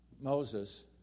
Moses